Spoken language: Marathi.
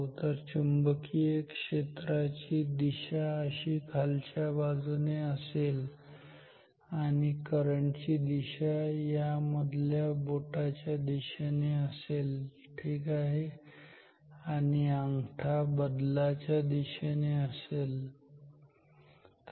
तर चुंबकीय क्षेत्राची दिशा अशी खालच्या बाजूने असेल आणि करंट ची दिशा यामधल्या बोटाच्या दिशेने असेल ठीक आहे आणि अंगठा बदलाच्या दिशेने असेल ठीक आहे